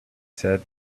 said